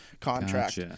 contract